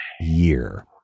year